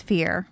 Fear